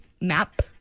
Map